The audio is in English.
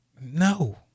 no